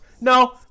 No